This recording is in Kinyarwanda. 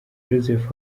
joseph